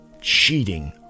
cheating